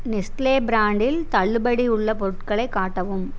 Nestle ப்ராண்டில் தள்ளுபடி உள்ள பொருட்களை காட்டவும்